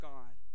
God